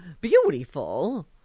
beautiful